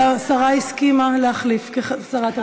והשרה הסכימה להחליף כשרת התרבות.